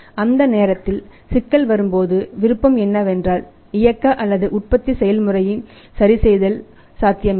அந்த நேரத்தில் சிக்கல் வரும் போது விருப்பம் என்னவென்றால் இயக்க அல்லது உற்பத்தி செயல்முறையின் சரிசெய்தல் சாத்தியமில்லை